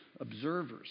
observers